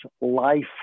Life